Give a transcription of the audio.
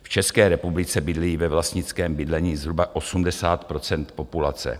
V České republice bydlí ve vlastnickém bydlení zhruba 80 % populace.